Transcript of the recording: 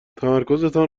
تمرکزتان